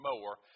more